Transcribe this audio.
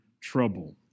trouble